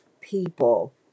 people